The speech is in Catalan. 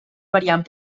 variant